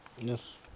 Yes